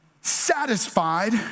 satisfied